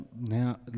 now